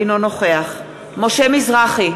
אינו נוכח משה מזרחי,